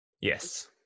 Yes